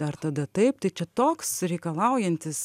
dar tada taip tai čia toks reikalaujantis